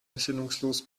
besinnungslos